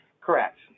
Correct